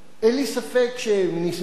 אין לי ספק שמניסיונך,